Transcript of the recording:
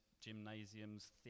gymnasiums